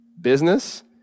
business